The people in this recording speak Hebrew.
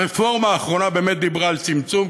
הרפורמה האחרונה באמת דיברה על צמצום,